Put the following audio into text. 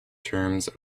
terms